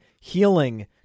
healing